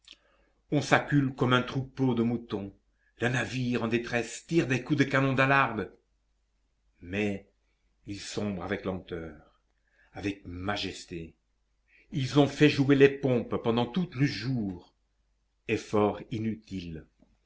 on s'accule comme un troupeau de moutons le navire en détresse tire des coups de canon d'alarme mais il sombre avec lenteur avec majesté ils ont fait jouer les pompes pendant tout le jour efforts inutiles